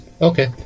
okay